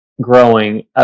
growing